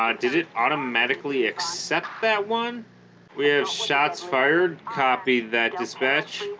um did it automatically accept that one we have shots fired copy that dispatch